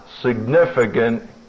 significant